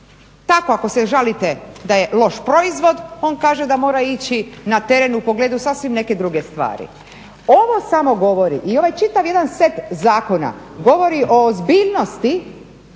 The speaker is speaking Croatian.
Tako ako se žalite da je loš proizvod, on kaže da mora ići na teren u pogledu sasvim neke druge stvari. Ovo samo govori i ovaj čitav jedan set zakona govori o ozbiljnosti